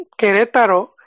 Querétaro